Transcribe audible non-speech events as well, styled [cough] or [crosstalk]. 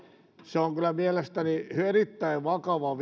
se on kyllä mielestäni erittäin vakava [unintelligible]